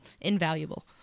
invaluable